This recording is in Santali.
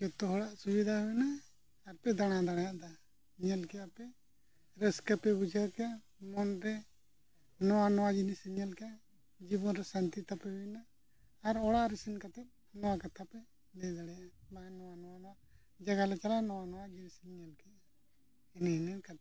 ᱡᱚᱛᱚ ᱦᱚᱲᱟᱜ ᱥᱩᱵᱤᱫᱷᱟ ᱦᱩᱭᱱᱟ ᱟᱨ ᱯᱮ ᱫᱟᱬᱟ ᱫᱟᱲᱮᱭᱟᱫᱟ ᱧᱮᱞ ᱠᱮᱫᱟᱯᱮ ᱨᱟᱹᱥᱠᱟᱹ ᱯᱮ ᱵᱩᱡᱷᱟᱹᱣ ᱠᱮᱜᱼᱟ ᱢᱚᱱᱨᱮ ᱱᱚᱣᱟ ᱱᱚᱣᱟ ᱡᱤᱱᱤᱥ ᱯᱮ ᱧᱮᱞ ᱠᱮᱜᱼᱟ ᱡᱤᱵᱚᱱ ᱨᱮ ᱥᱟᱹᱱᱛᱤ ᱛᱟᱯᱮ ᱦᱩᱭᱱᱟ ᱟᱨ ᱚᱲᱟᱜ ᱨᱮ ᱥᱮᱱ ᱠᱟᱛᱮᱫ ᱱᱚᱣᱟ ᱠᱟᱛᱷᱟ ᱯᱮ ᱞᱟᱹᱭ ᱫᱟᱲᱮᱭᱟᱜᱼᱟ ᱵᱟᱝ ᱱᱚᱣᱟ ᱱᱚᱣᱟ ᱡᱟᱭᱜᱟ ᱞᱮ ᱪᱟᱞᱟᱜᱼᱟ ᱱᱚᱣᱟ ᱱᱚᱣᱟ ᱡᱤᱱᱤᱥ ᱞᱮ ᱧᱮᱞ ᱠᱮᱜᱼᱟ ᱤᱱᱟᱹ ᱤᱱᱟᱹ ᱠᱟᱛᱷᱟ